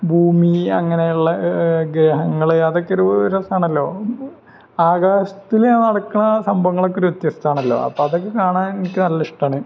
ഭൂമി അങ്ങനെയുള്ള ഗ്രഹങ്ങള് അതൊക്കെയൊരു രസമാണല്ലോ ആകാശത്തില് നടക്കുന്ന സംഭവങ്ങളൊക്കെ ഒരു വ്യത്യസ്തമാണല്ലോ അപ്പോള് അതൊക്കെ കാണാൻ എനിക്ക് നല്ല ഇഷ്ടമാണ്